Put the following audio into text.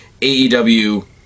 AEW